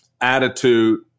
attitude